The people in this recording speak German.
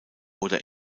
oder